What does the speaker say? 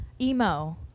Emo